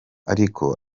ariko